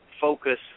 focus